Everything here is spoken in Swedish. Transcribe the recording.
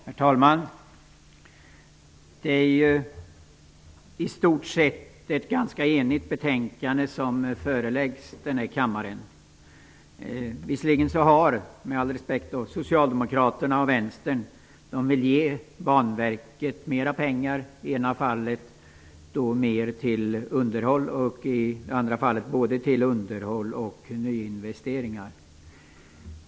Herr talman! Det är i stort sett ett ganska enigt betänkande som föreläggs kammaren. Visserligen vill, med all respekt, Socialdemokraterna och vänstern ge Banverket mer pengar -- i det ena fallet föreslås mer pengar till underhåll, och i det andra fallet föreslås mer pengar till både underhåll och nyinvesteringar.